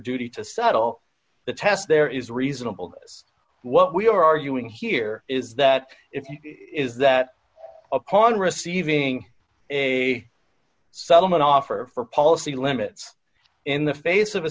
duty to settle the test there is reasonable is what we are arguing here is that if he is that upon receiving a settlement offer for policy limits in the face of a